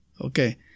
Okay